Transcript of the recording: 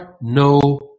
No